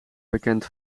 bekend